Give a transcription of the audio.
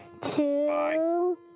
Two